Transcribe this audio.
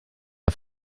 auf